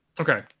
Okay